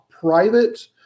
private